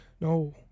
No